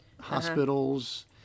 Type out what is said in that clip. hospitals